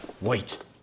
Wait